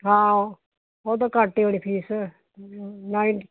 ਹਾਂ ਉਹ ਤਾਂ ਘੱਟ ਹੀ ਹੋਣੀ ਫੀਸ ਨਾਈ